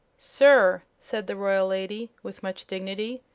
sir, said the royal lady, with much dignity,